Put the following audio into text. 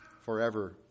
forever